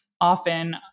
often